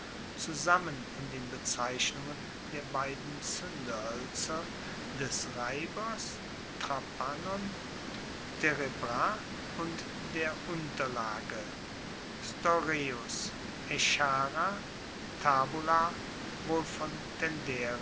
zusammen in den bezeichnungen der beiden zuendehoelzer des reibers terebra und der unterlage tabula wohl von